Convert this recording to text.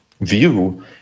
view